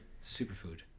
Superfood